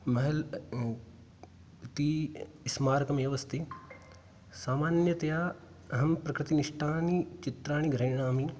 महल् इति स्मारकमेव अस्ति सामान्यतया अहं प्रकृतिनिष्ठानि चित्रणि गृह्णामि